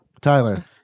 Tyler